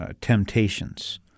temptations